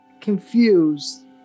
confused